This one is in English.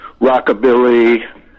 rockabilly